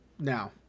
now